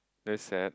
that's sad